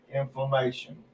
inflammation